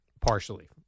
partially